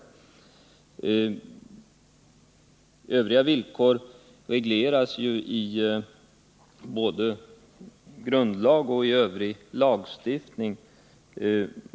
Invandrarnas allmänna villkor regleras ju i både grundlag och Övrig lagstiftning.